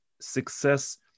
success